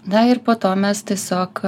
na ir po to mes tiesiog